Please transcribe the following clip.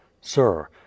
sir